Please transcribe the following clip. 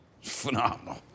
Phenomenal